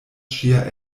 ŝia